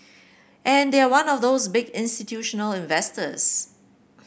and they are one of those big institutional investors